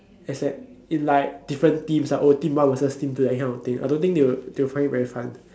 like different teams ah oh team one versus team two that kind of thing I don't think they they will find it very fun